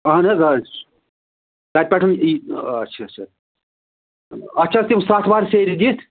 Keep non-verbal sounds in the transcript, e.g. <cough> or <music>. اہن حظ آ <unintelligible> تَتہِ پٮ۪ٹھ یی آچھا آچھا اَتھ چھِ حظ تِم سَتھ وار سیرِ دِتھ